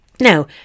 Now